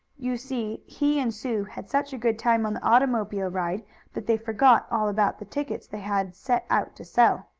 you see he and sue had such a good time on the automobile ride that they forgot all about the tickets they had set out to sell.